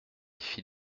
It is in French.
fit